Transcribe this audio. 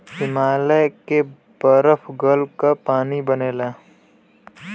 हिमालय के बरफ गल क पानी बनेला